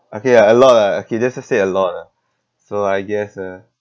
okay ah a lot lah okay just just say a lot ah so I guess uh